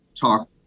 talk